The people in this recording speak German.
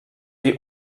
die